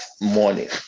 morning